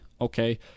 Okay